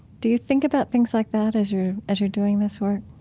do you think about things like that as you're as you're doing this work?